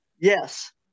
Yes